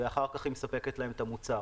ואז מספקת להם את המוצר.